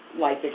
life